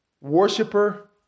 worshiper